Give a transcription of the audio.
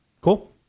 Cool